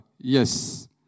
Yes